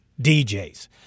DJs